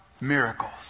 miracles